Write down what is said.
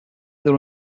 were